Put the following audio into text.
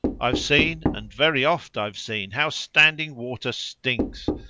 i've seen, and very oft i've seen, how standing water stinks,